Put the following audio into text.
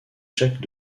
jacques